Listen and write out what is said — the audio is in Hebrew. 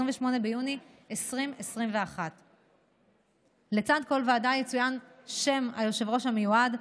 28 ביוני 2021. לצד כל ועדה יצוין שם היושב-ראש המיועד.